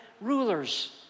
rulers